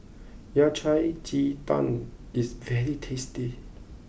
Yao Cai Ji Tang is very tasty